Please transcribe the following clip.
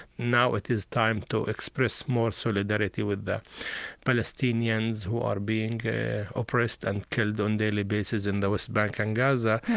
now it is time to express more solidarity with the palestinians who are being oppressed and killed on daily basis in the west bank and gaza.